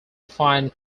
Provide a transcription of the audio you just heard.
find